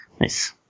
Nice